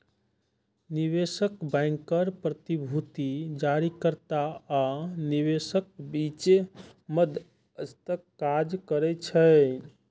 निवेश बैंकर प्रतिभूति जारीकर्ता आ निवेशकक बीच मध्यस्थक काज करै छै